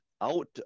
out